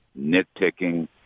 nitpicking